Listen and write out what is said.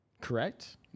Correct